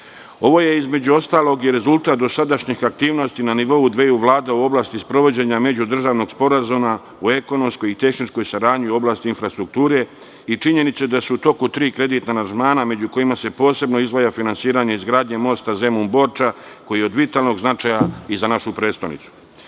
je između ostalog i rezultat dosadašnjih aktivnosti na nivou dveju vlada u oblasti sprovođenja međudržavnog sporazuma u ekonomskoj i tehničkoj saradnji u oblasti infrastrukture i činjenice da su u toku tri kreditna aranžmana, među kojima se posebno izdvaja finansiranje izgradnje mosta Zemun-Borča, koji je od vitalnog značaja i za našu prestonicu. Projekat